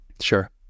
Sure